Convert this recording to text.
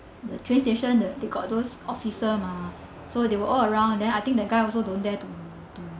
the train station th~they got those officer mah so they were all around then I think the guy also don't dare to